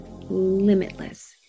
limitless